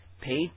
paid